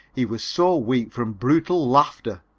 he was so weak from brutal laughter.